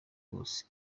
bose